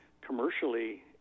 commercially